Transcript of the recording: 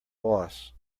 boss